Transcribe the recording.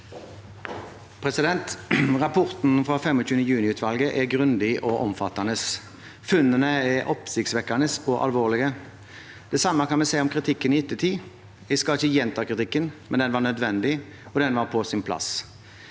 Rapporten fra 25. juni-utvalget er grundig og omfattende. Funnene er oppsiktsvekkende og alvorlige. Det samme kan vi si om kritikken i ettertid. Jeg skal ikke gjenta kritikken, men den var nødvendig, og den var på sin plass.